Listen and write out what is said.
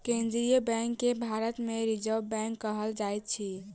केन्द्रीय बैंक के भारत मे रिजर्व बैंक कहल जाइत अछि